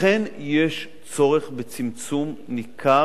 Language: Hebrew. לכן, יש צורך בצמצום ניכר